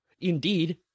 Indeed